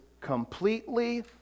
completely